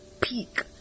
peak